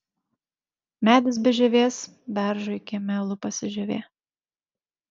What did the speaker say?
medis be žievės beržui kieme lupasi žievė